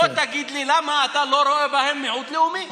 בוא ותגיד לי למה אתה לא רואה בהם מיעוט לאומי.